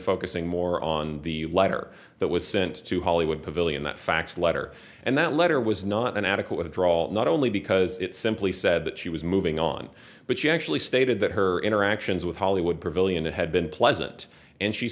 focusing more on the letter that was sent to hollywood pavilion that fax letter and that letter was not an adequate drawl not only because it simply said that she was moving on but she actually stated that her interactions with hollywood prevail unit had been pleasant and she